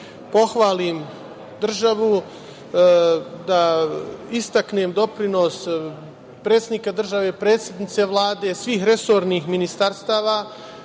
pohvalim državu, da istaknem doprinos predsednika države, predsednice Vlade, svih resornih ministarstava